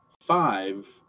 five